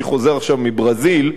אני חוזר עכשיו מברזיל,